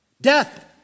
Death